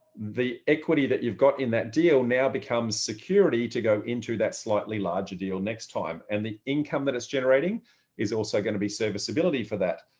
the equity that you've got in that deal now becomes security to go into that slightly larger deal next time and the income that is generating is also going to be serviceability for that.